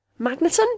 Magneton